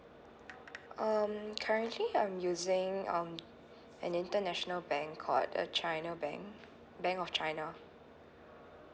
um currently I'm using um an international bank called a china bank bank of china